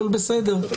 אבל בסדר.